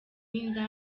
inda